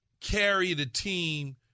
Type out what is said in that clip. carry-the-team